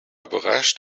überrascht